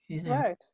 right